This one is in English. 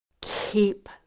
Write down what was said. keep